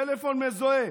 טלפון מזוהה.